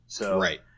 Right